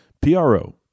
PRO